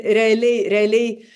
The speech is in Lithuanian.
realiai realiai